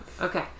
Okay